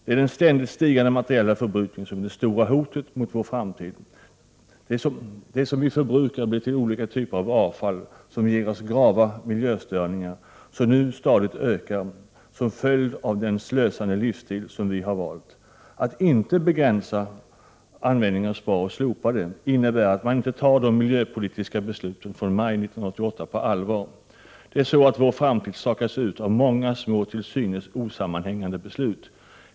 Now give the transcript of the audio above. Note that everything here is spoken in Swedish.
Det är den ständigt stigande materiella förbrukningen som är det stora hotet mot vår framtid. Det som vi förbrukar blir till olika sorters avfall, som ger oss grava miljöstörningar, som nu stadigt ökar som följd av den slösande livsstil som vi har valt. Att inte begränsa användningen av SPAR-registret innebär att man inte tar de miljöpolitiska besluten från maj 1988 på allvar. Det är så att vår framtid stakas ut av många små, till synes osammanhängande beslut.